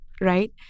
Right